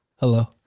Hello